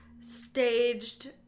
staged